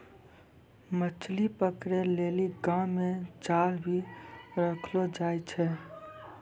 मछली पकड़े के लेली गांव मे जाल भी रखलो जाए छै